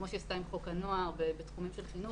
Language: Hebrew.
כמו שהיא עשתה עם חוק הנוער בתחומים של חינוך,